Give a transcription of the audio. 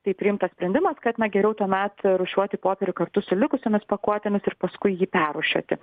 tai priimtas sprendimas kad na geriau tuomet rūšiuoti popierių kartu su likusiomis pakuotėmis ir paskui jį perrūšiuoti